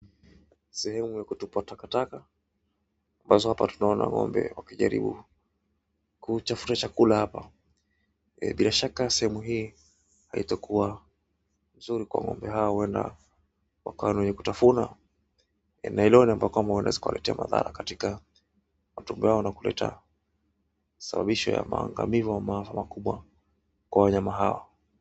Sehemu ya kutupa takataka ambazo hapa tunaona ng'ombe wakijaribu kutafuta chakula hapa. Bila shaka sehemu hii haitakuwa nzuri kwa ng'ombe hawa huenda wakawa wenye kutafuna, na elewa kwamba inaweza kuwaletea madhara katika matumbo yao na kuleta sawisho ya maangamizo au maafa makubwa kwa wanyama hawa.